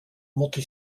multi